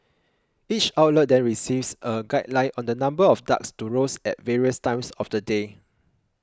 each outlet then receives a guideline on the number of ducks to roast at various times of the day